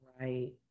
Right